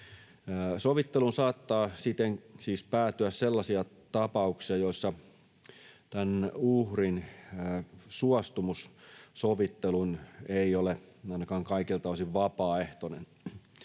Sovitteluun saattaa siten siis päätyä sellaisia tapauksia, joissa uhrin suostumus sovitteluun ei ole ainakaan kaikilta osin vapaaehtoinen.